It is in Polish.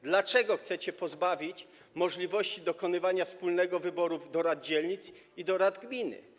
Dlaczego chcecie pozbawić możliwości dokonywania wspólnego wyboru do rad dzielnic i do rad gminy?